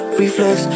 reflex